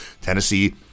Tennessee